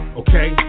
okay